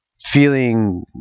feeling